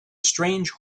strange